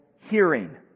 hearing